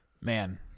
Man